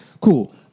Cool